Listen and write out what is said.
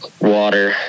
water